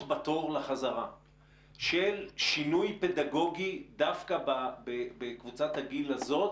בתור לחזרה - שינוי פדגוגי דווקא בקבוצת הגיל הזאת,